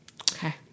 Okay